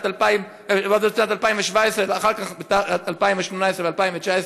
2017, ואחר כך בשנת 2018 ו-2019,